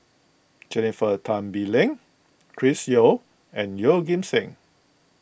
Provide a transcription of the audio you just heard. Jennifer Tan Bee Leng Chris Yeo and Yeoh Ghim Seng